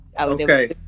Okay